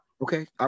Okay